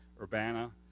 Urbana